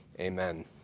amen